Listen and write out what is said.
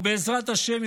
ובעזרת השם,